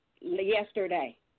yesterday